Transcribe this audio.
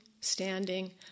standing